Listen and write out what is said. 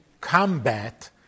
combat